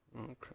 Okay